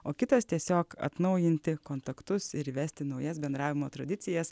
o kitas tiesiog atnaujinti kontaktus ir įvesti naujas bendravimo tradicijas